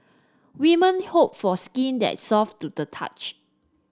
women hope for a skin that is soft to the touch